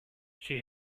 she